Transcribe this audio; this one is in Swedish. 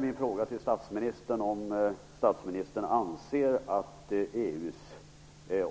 Min fråga till statsministern är om han anser att EU:s